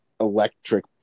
electric